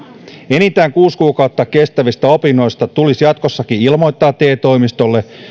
enintään kuusi kuukautta kestävistä opinnoista tulisi jatkossakin ilmoittaa te toimistolle